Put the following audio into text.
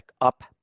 up